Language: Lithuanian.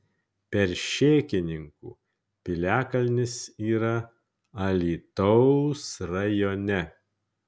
peršėkininkų piliakalnis yra alytaus rajone